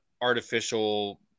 artificial